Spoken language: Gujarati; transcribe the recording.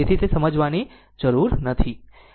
તેથી વધુ સમજાવવાની જરૂર નથી